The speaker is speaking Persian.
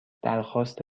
درخواست